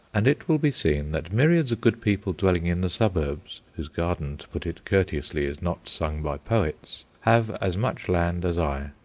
and it will be seen that myriads of good people dwelling in the suburbs, whose garden, to put it courteously, is not sung by poets, have as much land as i.